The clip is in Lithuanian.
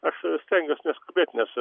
aš stengiuos neskubėti nes